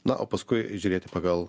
na o paskui žiūrėti pagal